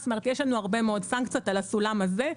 יש לנו הרבה מאוד סנקציות על הסולם הזה.